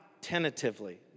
tentatively